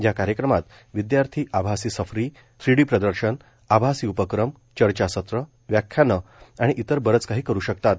या कार्यक्रमात विदयार्थी आभासी सफरी श्रीडी प्रदर्शनं आभासी उपक्रम चर्चासत्र व्याख्यानं आणि इतर बरंच काही करू शकतात